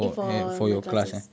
eh for my classes